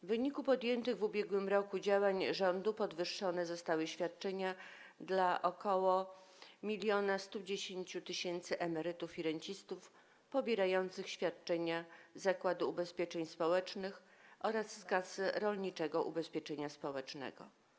W wyniku podjętych w ubiegłym roku działań rządu podwyższone zostały świadczenia dla ok. 1110 tys. emerytów i rencistów pobierających świadczenia z Zakładu Ubezpieczeń Społecznych oraz z Kasy Rolniczego Ubezpieczenia Społecznego.